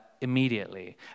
immediately